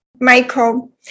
Michael